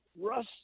Russ